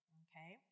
okay